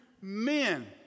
men